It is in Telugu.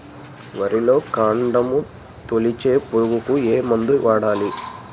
వరిలో కాండము తొలిచే పురుగుకు ఏ మందు వాడాలి?